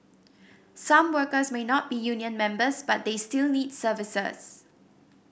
some workers may not be union members but they still need services